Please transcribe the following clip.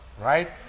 right